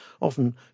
often